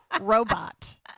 robot